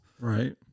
Right